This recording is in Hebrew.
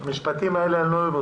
את המשפטים האלה אני לא אוהב כי